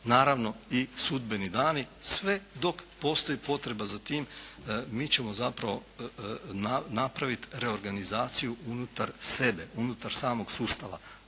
naravno i sudbeni dani sve dok postoji potreba za tim mi ćemo zapravo napraviti reorganizaciju unutar sebe, unutar samog sustava.